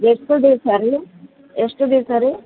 ಎಷ್ಟು ದಿವಸ ರೀ ಎಷ್ಟು ದಿವಸ ರೀ